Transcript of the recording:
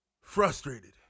frustrated